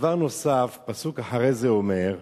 דבר נוסף, פסוק לאחר מכן אומר: